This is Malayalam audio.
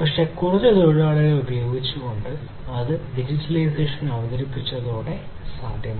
പക്ഷേ കുറച്ച് തൊഴിലാളികളെ ഉപയോഗിച്ചുകൊണ്ട് അത് ഡിജിറ്റലൈസേഷൻ അവതരിപ്പിച്ചതോടെ സാധ്യമായി